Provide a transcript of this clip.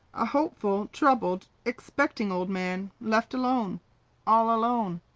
a hopeful, troubled, expecting old man left alone all alone.